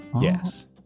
Yes